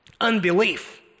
Unbelief